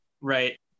right